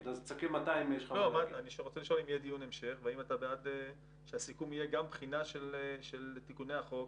האם יהיה דיון המשך והאם אתה בעד שהסיכום יהיה גם בחינה של תיקוני החוק